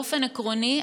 באופן עקרוני,